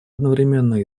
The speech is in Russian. одновременно